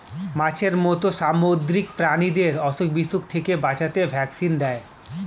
মাছের মত সামুদ্রিক প্রাণীদের অসুখ বিসুখ থেকে বাঁচাতে ভ্যাকসিন দেয়